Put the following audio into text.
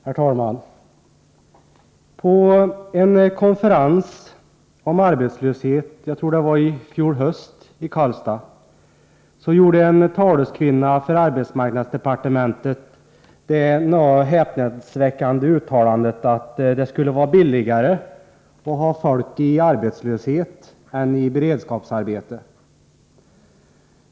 Herr talman! På en konferens om arbetslöshet i fjol höst i Karlstad gjorde en taleskvinna för arbetsmarknadsdepartementet det något häpnadsväckande ut:alandet att det skulle vara billigare att ha folk i arbetslöshet än i beredskapsarbete.